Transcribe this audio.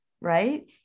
Right